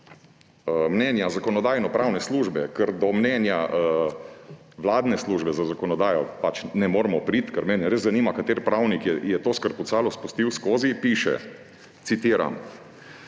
mnenja Zakonodajno-pravne službe, ker do mnenja vladne službe za zakonodajo ne moremo priti – mene res zanima, kateri pravnik je to skrpucalo spustil skozi – piše, citiram: